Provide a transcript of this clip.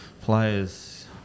players